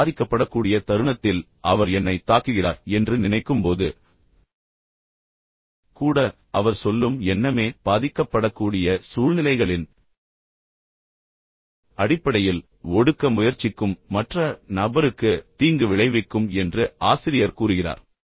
நான் பாதிக்கப்படக்கூடிய தருணத்தில் அவர் என்னைத் தாக்குகிறார் என்று நினைக்கும் போது கூட அவர் சொல்லும் எண்ணமே பாதிக்கப்படக்கூடிய சூழ்நிலைகளின் அடிப்படையில் ஒடுக்க முயற்சிக்கும் மற்ற நபருக்கு தீங்கு விளைவிக்கும் என்று ஆசிரியர் கூறுகிறார்